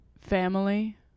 Family